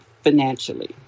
financially